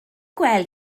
gweld